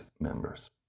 members